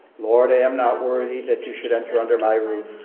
lord i am not worthy that you should enter under my roof,